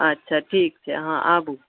अच्छा ठीक छै अहाँ आबू